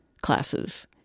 classes